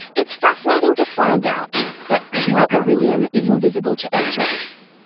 it's fascinating to find out that pure beryllium is invisible to x-rays,